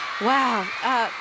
wow